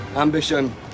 Ambition